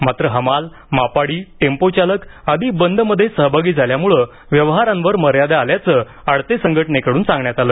मात्र हमाल मापाडी टेम्पोचालक आदी बंदमध्ये सहभागी झाल्यानं व्यवहारांवर मर्यादा आल्याचं आडते संघटनेकड्रन सांगण्यात आलं